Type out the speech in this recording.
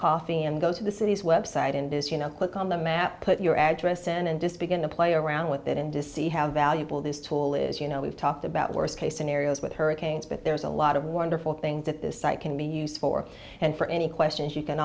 coffee and go to the city's web site in this you know click on the map put your address and display going to play around with it in to see how valuable this tool is you know we've talked about worst case scenarios with hurricanes but there's a lot of wonderful things that this site can be used for and for any questions you can